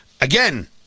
Again